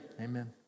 amen